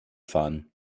fahren